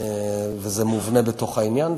וזה מובנה בתוך העניין.